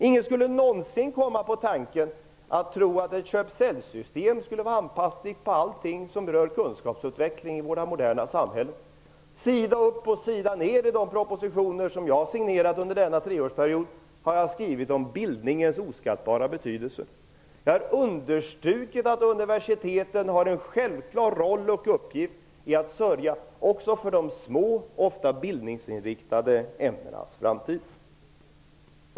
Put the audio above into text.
Ingen skulle någonsin komma på tanken att ett köp och säljsystem är anpassligt på allting som rör kunskapsutveckling i våra moderna samhällen. Sida upp och sida ner i de propositioner som jag har signerat under denna treårsperiod har jag skrivit om bildningens oskattbara betydelse. Jag har understrukit att universiteten har en självklar roll och uppgift i att sörja också för de små och ofta bildningsinriktade ämnenas framtid.